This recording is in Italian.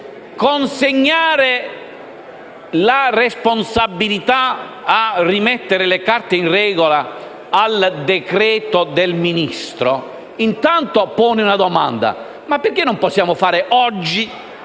consegnare la responsabilità a rimettere le carte in regola al decreto del Ministro pone la domanda del perché non possiamo fare oggi